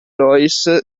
loïs